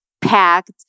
packed